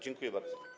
Dziękuję bardzo.